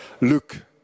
Luke